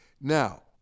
Now